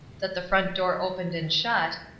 that the front door opened and shut,